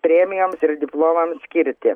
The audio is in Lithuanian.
premijoms ir diplomams skirti